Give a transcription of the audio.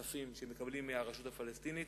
הכספים שמקבלים מהרשות הפלסטינית,